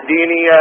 Dini